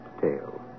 tale